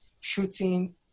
shooting